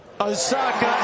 Osaka